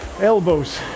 elbows